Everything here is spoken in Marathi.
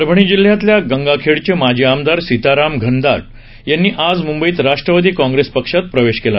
परभणी जिल्ह्यातल्या गंगाखेडचे माजी आमदार सीताराम घनदाट यांनी आज मुंबईत राष्ट्रवादी काँग्रेस पक्षात प्रवेश केला